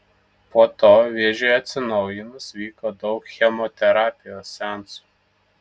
po to vėžiui atsinaujinus vyko daug chemoterapijos seansų